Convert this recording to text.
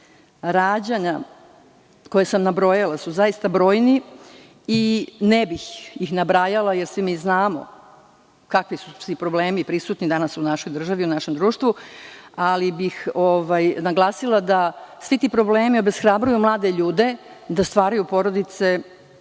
rađanja koje sam nabrojala su zaista brojni i ne bih ih nabrajala jer svi mi znamo kakvi su sve problemi prisutni danas u našoj državi, u našem društvu, ali bih naglasila da svi ti problemi obeshrabruju mlade ljude da stvaraju porodice,